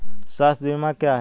स्वास्थ्य बीमा क्या है?